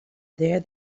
there